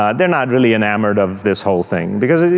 ah they're not really enamored of this whole thing because,